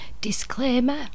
Disclaimer